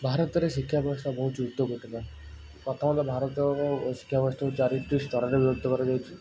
ଭାରତରେ ଶିକ୍ଷା ବ୍ୟବସ୍ଥା ବହୁତ ଉଚ୍ଚକୋଟିର ପ୍ରଥମତଃ ଭାରତର ଶିକ୍ଷା ବ୍ୟବସ୍ଥାକୁ ଚାରିଟି ସ୍ତରରେ ବିଭକ୍ତ କରାଯାଇଛି